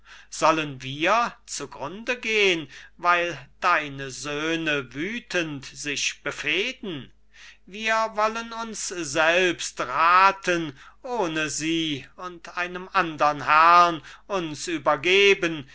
sollen wir zu grunde gehn weil deine söhne wüthend sich befehden wir wollen uns selbst rathen ohne sie und einem andern herrn uns übergeben